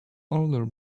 older